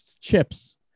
chips